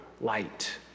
light